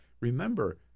Remember